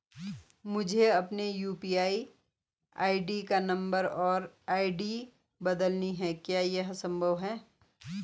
मुझे अपने यु.पी.आई का नम्बर और आई.डी बदलनी है क्या यह संभव है?